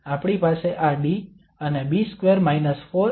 પછી આપણી પાસે આ D અને B2 4AC છે